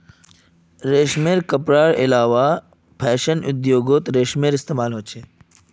रेशमी कपडार अलावा फैशन उद्द्योगोत रेशमेर इस्तेमाल होचे